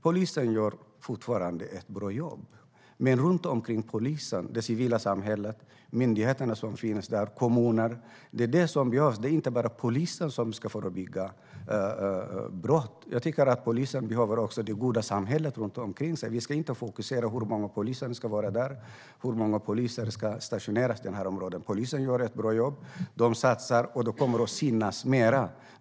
Polisen gör fortfarande ett bra jobb. Men vid sidan av polisen behövs det civila samhället, myndigheterna som finns där, och kommuner. Det är inte bara polisen som ska förebygga brott. Jag tycker att polisen också behöver det goda samhället runt sig. Vi ska inte bara fokusera på hur många poliser som ska stationeras i dessa områden. Polisen gör ett bra jobb. Man satsar och kommer att synas mer.